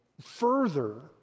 further